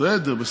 בסדר, הכול טוב.